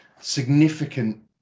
significant